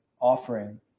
offering